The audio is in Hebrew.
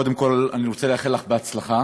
קודם כול אני רוצה לאחל לך הצלחה.